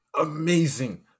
Amazing